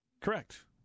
correct